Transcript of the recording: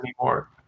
anymore